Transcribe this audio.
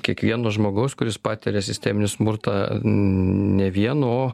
kiekvieno žmogaus kuris patiria sisteminį smurtą ne vienu o